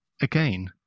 again